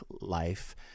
life